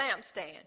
lampstand